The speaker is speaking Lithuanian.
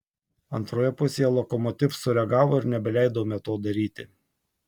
antroje pusėje lokomotiv sureagavo ir nebeleidome to daryti